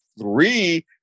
three